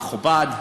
מכובד,